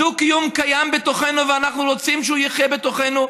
הדו-קיום קיים בתוכנו ואנחנו רוצים שהוא יחיה בתוכנו,